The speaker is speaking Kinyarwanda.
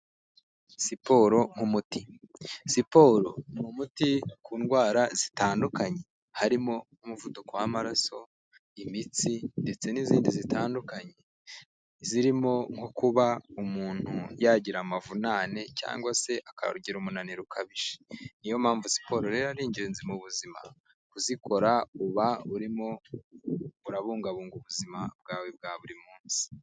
Siporo nk'umuti, siporo ni umuti ku ndwara zitandukanye, harimo nk'umuvuduko w'amaraso, imitsi, ndetse n'izindi zitandukanye, zirimo nko kuba umuntu yagira amavunane, cyangwa se akagira umunaniro ukabije, ni yo mpamvu siporo rero ari ingenzi mu buzima, kuzikora uba urimo urabungabunga ubuzima bwawe bwa buri munsi.